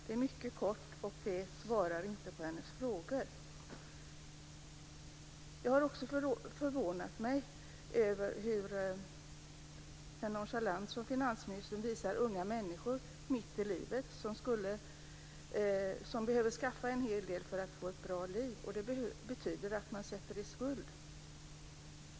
Det är mycket kort och ger inte svar på hennes frågor. Jag har också förvånat mig över den nonchalans som finansministern visar unga människor mitt i livet som behöver skaffa en hel del för att få ett bra liv, vilket betyder att man sätter sig i skuld.